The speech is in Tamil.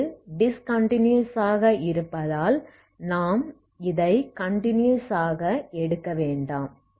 இது டிஸ்கன்டினியஸ் ஆக இருப்பதால் நாம் இதை கன்டினியஸ் ஆக எடுக்க வேண்டாம்